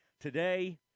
today